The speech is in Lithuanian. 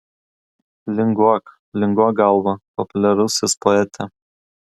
linguok linguok galva populiarusis poete